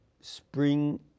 spring